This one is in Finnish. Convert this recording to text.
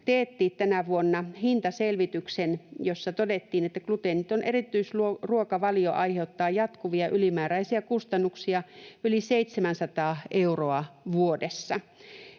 teetti tänä vuonna hintaselvityksen, jossa todettiin, että gluteeniton erityisruokavalio aiheuttaa jatkuvia ylimääräisiä kustannuksia yli 700 euroa vuodessa.